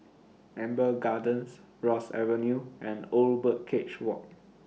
Amber Gardens Ross Avenue and Old Birdcage Walk